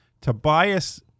Tobias